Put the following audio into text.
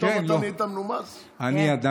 היינו צריכים להגביר את המיקרופון.